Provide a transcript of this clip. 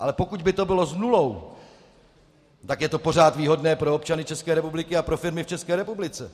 Ale pokud by to bylo s nulou, tak je to pořád výhodné pro občany České republiky a pro firmy v České republice.